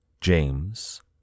James